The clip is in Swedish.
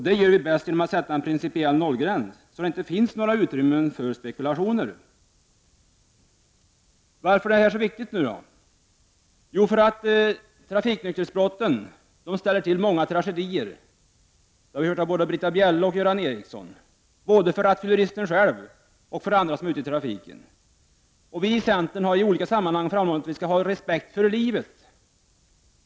Det gör vi bäst genom att sätta en principiell nollgräns, så att det inte finns några utrymmen för spekulationer. Varför är nu detta så viktigt? Jo, därför att trafiknykterhetsbrotten ställer till många tragedier både för rattfylleristen själv och för andra som är ute i trafiken. Det har vi hört av både Britta Bjelle och Göran Ericsson. Vi i centern har i olika sammanhang framhållit att vi skall ha respekt för livet.